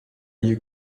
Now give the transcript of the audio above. you